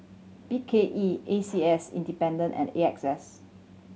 B K E A C S Independent and A X S